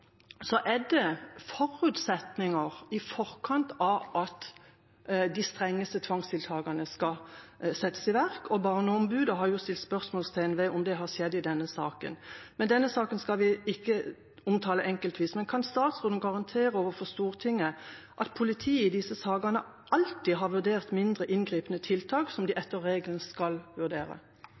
er det forutsetninger i forkant av at de strengeste tvangstiltakene skal settes i verk, og Barneombudet har satt spørsmålstegn ved om det har skjedd i denne saken. Denne saken skal vi ikke omtale enkeltvis, men kan statsråden garantere overfor Stortinget at politiet i disse sakene alltid har vurdert mindre inngripende tiltak, som de etter regelen skal